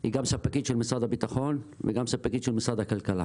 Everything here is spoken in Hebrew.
היא גם ספקית של משרד הבטחון וגם ספקית של משרד הכלכלה.